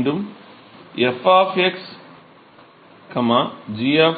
மீண்டும் f g 2